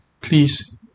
please